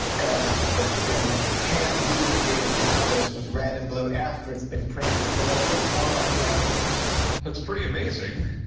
and it's been hand rubricated with colors with red and blue after it's been printed, so that it looked more like a manuscript. rick that's pretty amazing.